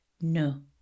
no